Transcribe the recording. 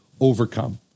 overcome